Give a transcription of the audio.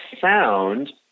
sound